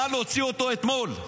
נא להוציא אותו אתמול,